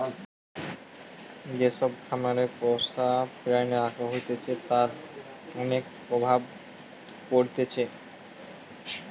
যে সব খামারে পশু প্রাণী রাখা হতিছে তার অনেক প্রভাব পড়তিছে